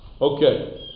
Okay